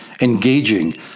engaging